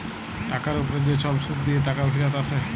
টাকার উপ্রে যে ছব সুদ দিঁয়ে টাকা ফিরত আসে